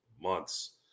months